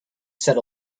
said